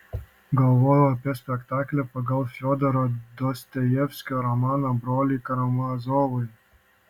galvoju apie spektaklį pagal fiodoro dostojevskio romaną broliai karamazovai